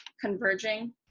converging